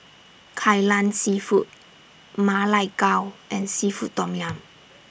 Kai Lan Seafood Ma Lai Gao and Seafood Tom Yum